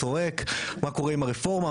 צועק מה קורה עם הרפורמה,